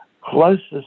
closest